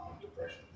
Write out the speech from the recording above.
depression